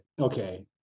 okay